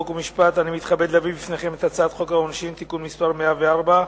חוק ומשפט אני מתכבד להביא בפניכם את הצעת חוק העונשין (תיקון מס' 104),